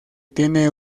tiene